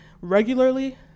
regularly